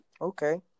Okay